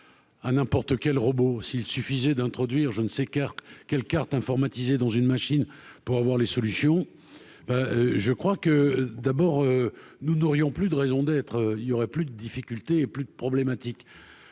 à n'importe quel robot s'il suffisait d'introduire je ne s'écarte quelle carte informatisée dans une machine pour avoir les solutions, je crois que d'abord nous n'aurions plus de raison d'être, il y aurait plus de difficultés plus de problématique,